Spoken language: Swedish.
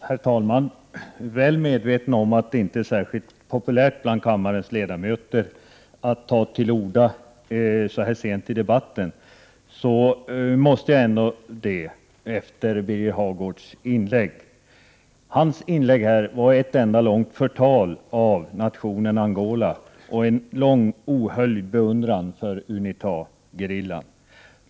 Herr talman! Jag är väl medveten om att det inte är särskilt populärt bland kammarens ledamöter att ta till orda så här sent i debatten, men jag måste ändå göra det efter Birger Hagårds inlägg. Hans inlägg var ett enda långt förtal av nationen Angola och en lång ohöljd beundran för Unitagerillan.